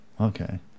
Okay